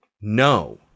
No